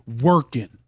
working